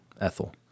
Ethel